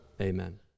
amen